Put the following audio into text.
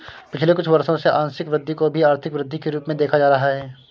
पिछले कुछ वर्षों से आंशिक वृद्धि को भी आर्थिक वृद्धि के रूप में देखा जा रहा है